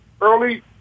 early